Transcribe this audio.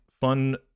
fun